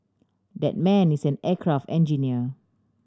that man is an aircraft engineer